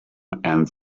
and